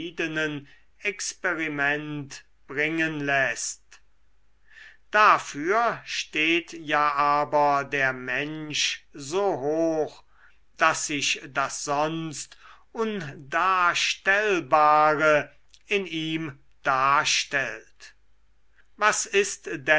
experiment bringen läßt dafür steht ja aber der mensch so hoch daß sich das sonst undarstellbare in ihm darstellt was ist